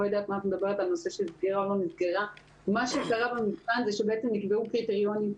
במבחן הזה נקבעו קריטריונים,